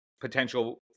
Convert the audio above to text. potential